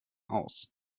aus